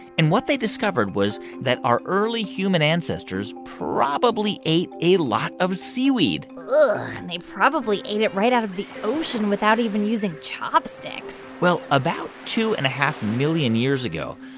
and what they discovered was that our early human ancestors probably ate a lot of seaweed and they probably ate it right out of the ocean without even using chopsticks well, about two and point million years ago,